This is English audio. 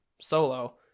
solo